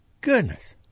goodness